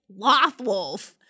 Lothwolf